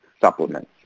supplements